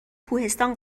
کوهستان